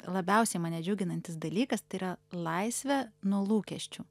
labiausiai mane džiuginantis dalykas tai yra laisvė nuo lūkesčių